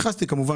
נכנסתי בכל זאת,